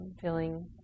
feeling